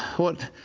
what,